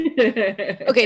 Okay